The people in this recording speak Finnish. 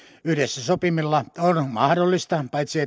yhdessä sopimalla on mahdollista paitsi